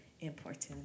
important